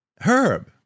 Herb